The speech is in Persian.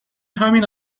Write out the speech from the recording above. همین